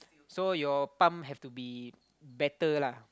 so your pump have to be better lah